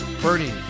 Bernie